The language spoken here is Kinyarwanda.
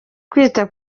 kwita